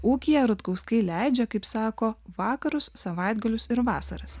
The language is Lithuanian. ūkyje rutkauskai leidžia kaip sako vakarus savaitgalius ir vasaras